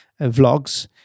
vlogs